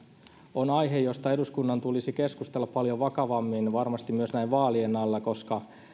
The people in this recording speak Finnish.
on aihe josta eduskunnan tulisi varmasti keskustella paljon vakavammin myös näin vaalien alla koska